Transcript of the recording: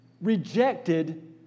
rejected